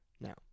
Now